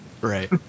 Right